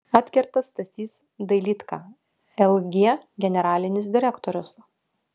atkerta stasys dailydka lg generalinis direktorius